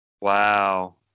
Wow